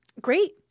Great